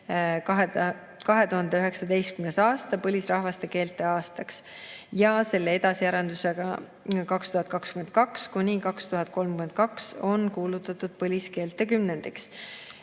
2019. aasta põlisrahvaste keelte aastaks ja selle edasiarendusena on 2022–2032 kuulutatud põliskeelte kümnendiks.